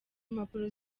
impapuro